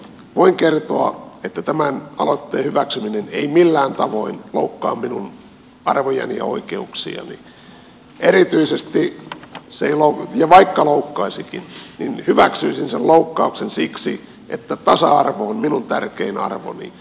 voin kertoa että tämän aloitteen hyväksyminen ei millään tavoin loukkaa minun arvojani ja oikeuksiani ja vaikka loukkaisikin niin hyväksyisin sen loukkauksen siksi että tasa arvo on minun tärkein arvoni